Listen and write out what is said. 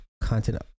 content